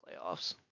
playoffs